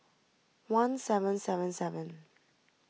one seven seven seven